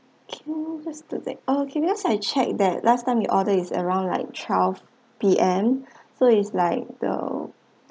okay what's date oh because I check that last time you order is around like twelve P_M so is like the